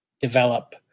develop